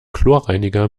chlorreiniger